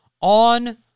on